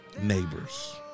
Neighbors